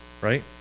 right